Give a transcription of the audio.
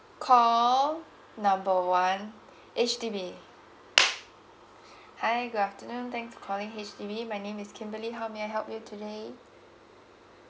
call number one H_D_B hi good afternoon thanks for calling H_D_B my name is kimberly how may I help you today